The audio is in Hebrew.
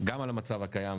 לא לשיטתכם.